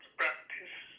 practice